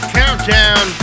countdown